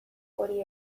hori